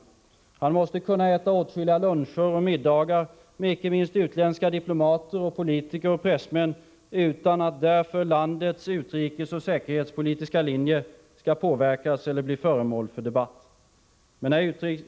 Utrikesministern måste kunna äta åtskilliga luncher och middagar med inte minst utländska diplomater, politiker och pressmän utan att därför landets utrikesoch säkerhetspolitiska linje skall påverkas eller bli föremål för debatt.